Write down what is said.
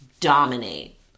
dominate